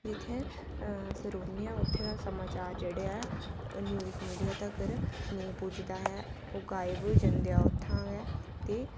ते जित्थें अस रौह्ने आं उत्थें दा समाचार जेह्ड़ा ऐ ओह् न्यूज़ मीडिया तक्कर नेईं पुजदा ऐ ओह् गायब होई जंदा उत्थै गै ते